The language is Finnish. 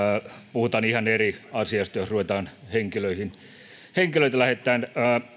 puhutaan ihan eri asiasta jos ruvetaan henkilöitä henkilöitä lähettämään